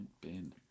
bin